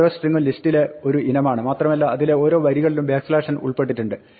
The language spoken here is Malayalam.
ഓരോ സ്ട്രിങ്ങും ലിസ്റ്റിലെ ഒരു ഇനമാണ് മാത്രമല്ല ഇതിലെ ഓരോ വരികളിലും n ഉൾപ്പെട്ടിട്ടുണ്ട്